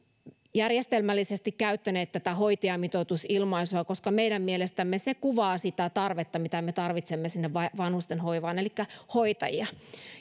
järjestelmällisesti käyttäneet tätä hoitajamitoitus ilmaisua koska meidän mielestämme se kuvaa sitä tarvetta mitä me tarvitsemme sinne vanhustenhoivaan elikkä hoitajia